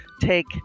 take